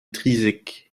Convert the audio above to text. trizek